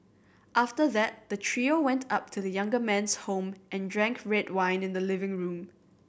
after that the trio went up to the younger man's home and drank red wine in the living room